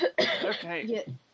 Okay